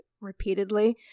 repeatedly